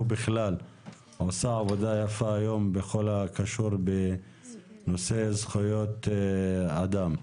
ובכלל עושה עבודה יפה היום בכל הקשור בנושא זכויות אדם.